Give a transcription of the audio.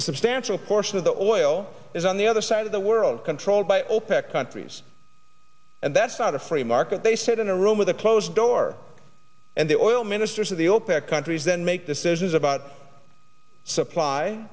a substantial portion of the oil is on the other side of the world controlled by opec countries and that's not a free market they sit in a room with a closed door and the oil ministers of the opec countries then make decisions about supply